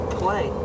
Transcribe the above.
play